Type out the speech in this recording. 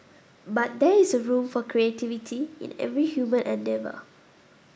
but there is a room for creativity in every human endeavour